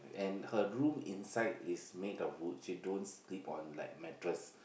and her room inside is make of wood she don't sleep on like mattress